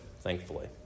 thankfully